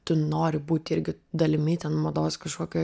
tu nori būt irgi dalimi ten mados kažkokio